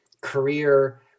career